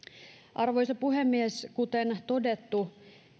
arvoisa puhemies kuten todettu